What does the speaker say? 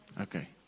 Okay